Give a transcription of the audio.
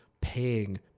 paying